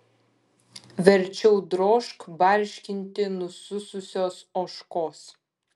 verčiau drožk barškinti nusususios ožkos